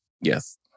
Yes